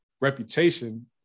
reputation